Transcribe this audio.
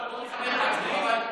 הוא יכבד את עצמו, אבל ברשותך,